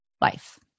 life